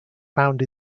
found